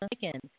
chicken